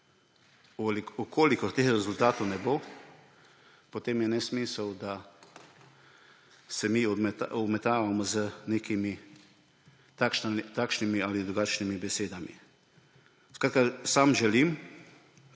Če teh rezultatov ne bo, potem je nesmisel, da se mi obmetavamo z nekimi takšnimi ali drugačnimi besedami. Skratka,